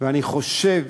אני חושב,